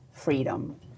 Freedom